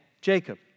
Jacob